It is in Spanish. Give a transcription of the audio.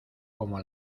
como